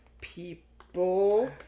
people